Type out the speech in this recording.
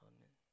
Amen